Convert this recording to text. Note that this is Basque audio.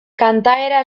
kantaera